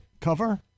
cover